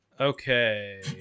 Okay